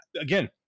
again